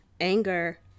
anger